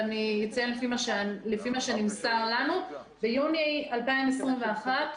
אני אומר לפי מה שנמסר לנו ביוני 2021,